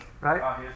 Right